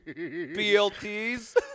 BLTs